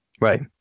right